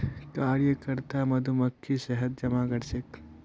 कार्यकर्ता मधुमक्खी शहद जमा करछेक